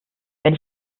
wenn